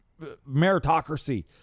meritocracy